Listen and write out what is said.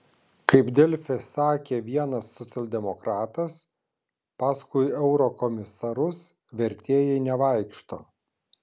kaip delfi sakė vienas socialdemokratas paskui eurokomisarus vertėjai nevaikšto